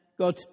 God